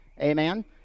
Amen